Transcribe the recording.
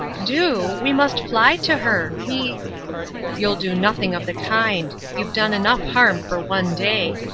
do? we must fly to her. we you'll do nothing of the kind you've done enough harm for one day.